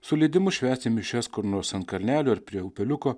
su leidimu švęsti mišias kur nors ant kalnelio ar prie upeliuko